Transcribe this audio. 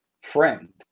friend